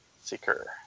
Seeker